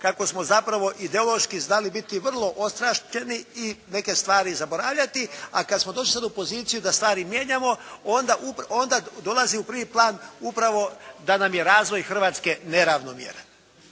kako smo zapravo ideološki znali biti vrlo …/Govornik se ne razumije./… i neke stvari zaboravljati. A kad smo došli sad u poziciju da stvari mijenjamo onda dolazi u pravi plan upravo da nam je razvoj Hrvatske neravnomjeran.